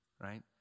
right